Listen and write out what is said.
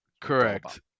Correct